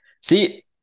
see